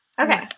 Okay